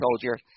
Soldier